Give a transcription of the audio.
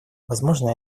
возможно